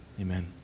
amen